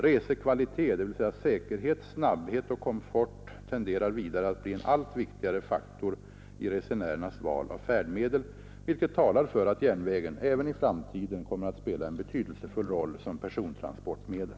Resekvalitet, dvs. säkerhet, snabbhet och komfort, tenderar vidare att bli en allt viktigare faktor i resenärernas val av färdmedel, vilket talar för att järnvägen även i framtiden kommer att spela en betydelsefull roll som persontransportmedel.